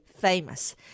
famous